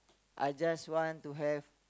I just want to have